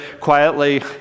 quietly